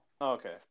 Okay